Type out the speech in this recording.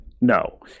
No